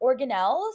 organelles